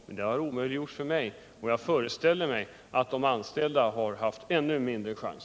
Det har varit omöjligt för mig, och jag föreställer mig att de anställda har haft ännu mindre chans.